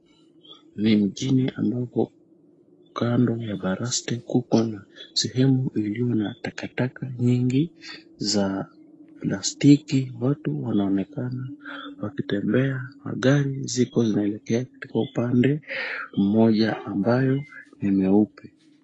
Ni mjini ambapo kando ya baraste kubwa na sehemu iliyo na takataka nyingi za plastiki. Watu wanaonekana wakitembea, magari zipo zinaelekea katika upande mmoja ambayo ni mweupe.